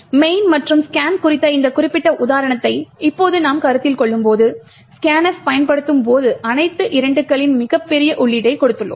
main மற்றும் scan குறித்த இந்த குறிப்பிட்ட உதாரணத்தை இப்போது நாம் கருத்தில் கொள்ளும்போது scanf பயன்படுத்தும் போது அனைத்து 2 களின் மிகப் பெரிய உள்ளீட்டைக் கொடுத்துள்ளோம்